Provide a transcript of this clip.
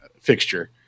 fixture